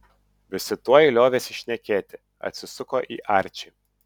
visi tuoj liovėsi šnekėti atsisuko į arčį